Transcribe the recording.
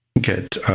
get